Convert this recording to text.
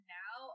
now